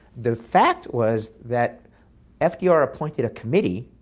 the fact was that fdr appointed a committee